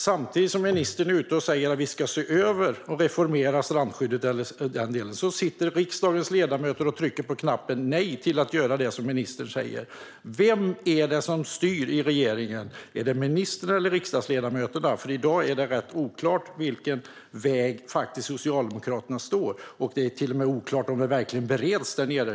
Samtidigt som ministern är ute och säger att man ska se över och reformera strandskyddet sitter riksdagens ledamöter och trycker på knappen nej till att göra det som ministern säger. Vem är det som styr i regeringen? Är det ministern eller riksdagsledamöterna? I dag är det rätt oklart var Socialdemokraterna står. Det är till och med oklart om frågan verkligen bereds.